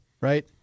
Right